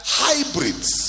hybrids